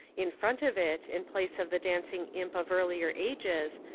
in front of it, in place of the dancing imp of earlier ages,